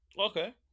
Okay